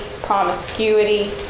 promiscuity